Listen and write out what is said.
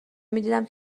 میدیدم